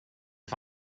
hai